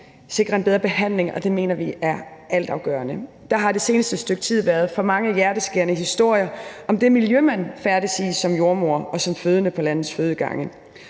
sikre en bedre behandling, og det mener vi er altafgørende. Der har det seneste stykke tid været for mange hjerteskærende historier om det miljø, man færdes i som jordemoder og som fødende på landets fødegange.